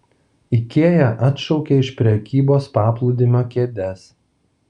ikea atšaukia iš prekybos paplūdimio kėdes